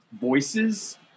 voices